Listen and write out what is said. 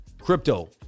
Crypto